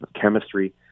chemistry